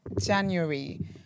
January